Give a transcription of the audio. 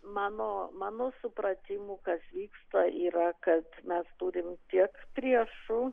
mano mano supratimu kas vyksta yra kad mes turim tiek priešų